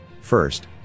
First